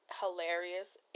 hilarious